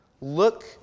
Look